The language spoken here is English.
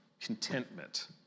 contentment